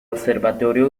observatorio